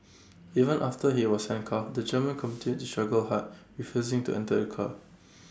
even after he was handcuffed the German continued to struggle hard refusing to enter A car